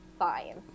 fine